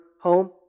home